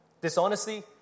Dishonesty